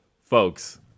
folks